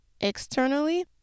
externally